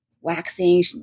waxing